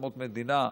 "אדמות מדינה",